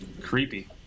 Creepy